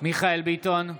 מיכאל מרדכי ביטון,